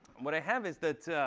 what i have is that